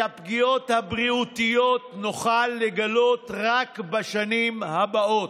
את הפגיעות הבריאותיות נוכל לגלות רק בשנים הבאות.